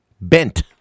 Bent